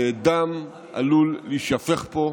דם עלול להישפך פה.